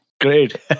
Great